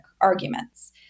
arguments